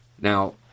Now